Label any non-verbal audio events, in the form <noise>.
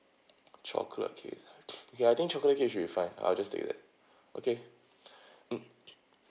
chocolate cake <breath> okay I think chocolate cake should be fine I'll just take that okay mm